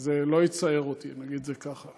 זה לא יצער אותי, נגיד את זה כך.